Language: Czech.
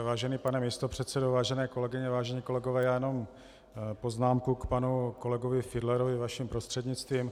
Vážený pane místopředsedo, vážené kolegyně, vážení kolegové, já jenom poznámku k panu kolegovi Fiedlerovi vaším prostřednictvím.